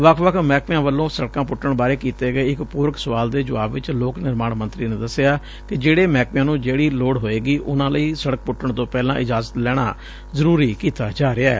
ਵੱਖ ਵੱਖ ਮਹਿਕਮਿਆਂ ਵੱਲੋਂ ਸੜਕਾਂ ਪੁੱਟਣ ਬਾਰੇ ਕੀਤੇ ਗਏ ਇਕ ਪੂਰਕ ਸੁਆਲ ਦੇ ਜੁਆਬ ਵਿਚ ਲੋਕ ਨਿਰਮਾਣ ਮੰਤਰੀ ਨੇ ਦਸਿਆ ਕਿ ਜਿਹੜੇ ਮਹਿਕਮਿਆਂ ਨੂੰ ਜਿਹੜੀ ਲੋੜ ਹੋਏਗੀ ਉਨੂਾਂ ਲਈ ਸੜਕ ਪੁੱਟਣ ਤੋਂ ਪਹਿਲਾਂ ਇਜਾਜ਼ਤ ਲੈਣਾ ਜ਼ਰੁਰੀ ਕੀਤਾ ਜਾ ਰਿਹੈ